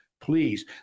please